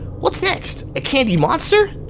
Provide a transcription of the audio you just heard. what's next? a candy monster?